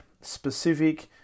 specific